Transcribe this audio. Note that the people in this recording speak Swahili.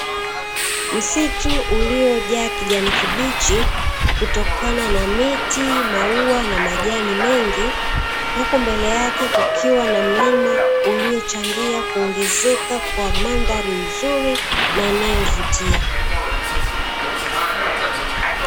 Msitu uliojaa kijani kibichi, kutokana na miti, maua na majani mengi, huku mbele yake kukiwa na mlima uliochangia kuongezeka kwa mandhari nzuri na inayovutia.